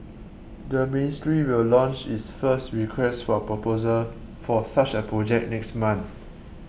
the ministry will launch its first Request for Proposal for such a project next month